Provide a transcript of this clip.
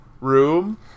room